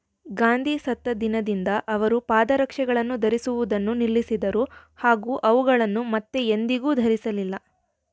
ಗಾಂಧಿ ಸತ್ತ ದಿನದಿಂದ ಅವರು ಪಾದರಕ್ಷೆಗಳನ್ನು ಧರಿಸುವುದನ್ನು ನಿಲ್ಲಿಸಿದರು ಹಾಗೂ ಅವುಗಳನ್ನು ಮತ್ತೆ ಎಂದಿಗೂ ಧರಿಸಲಿಲ್ಲ